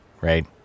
right